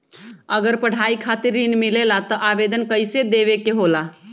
अगर पढ़ाई खातीर ऋण मिले ला त आवेदन कईसे देवे के होला?